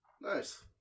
Nice